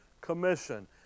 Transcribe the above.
commission